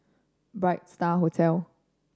Bright Star Hotel